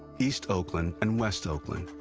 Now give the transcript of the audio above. east oakland and west oakland.